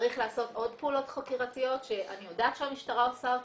צריך לעשות עוד פעולות חקירתיות שאני יודעת שהמשטרה עושה אותן,